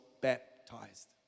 baptized